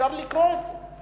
אפשר לקרוא את זה.